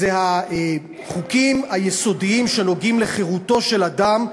זה החוקים היסודיים שנוגעים לחירותו של אדם,